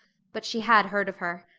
but she had heard of her.